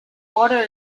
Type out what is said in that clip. water